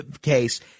case